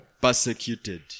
persecuted